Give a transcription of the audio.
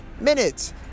minutes